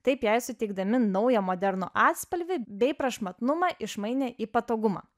taip jai suteikdami naują modernų atspalvį bei prašmatnumą išmainė į patogumą